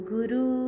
Guru